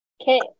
Okay